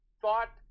thought